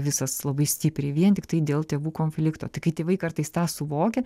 visas labai stipriai vien tiktai dėl tėvų konflikto tai kai tėvai kartais tą suvokia